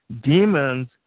demons